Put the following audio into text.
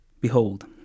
behold